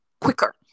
quicker